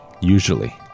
Usually